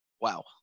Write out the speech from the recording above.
Wow